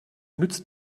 nützt